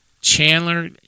Chandler